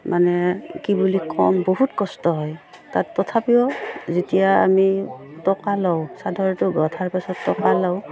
মানে কি বুলি ক'ম বহুত কষ্ট হয় তাত তথাপিও যেতিয়া আমি টকা লওঁ চাদৰটো গঁঠাৰ পাছত টকা লওঁ